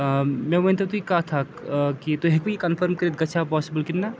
مےٚ ؤنۍتو تُہۍ کَتھ اَکھ کہِ تُہۍ ہیٚکوٕ یہِ کَنفٲرٕم کٔرتھ گَژھیٛا پاسبٕل کِنۍ نہٕ